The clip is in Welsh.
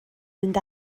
mynd